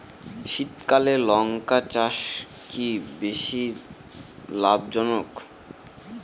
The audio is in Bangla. শীতকালে লঙ্কা চাষ কি বেশী লাভজনক?